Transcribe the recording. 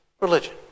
religion